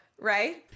Right